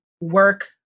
work